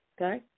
Okay